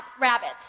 rabbits